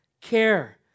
care